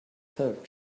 third